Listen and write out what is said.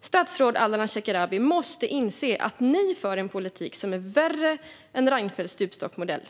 Statsrådet Ardalan Shekarabi! Ni måste inse att ni för en politik som är värre än Reinfeldts stupstocksmodell.